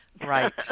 Right